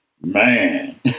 man